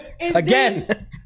again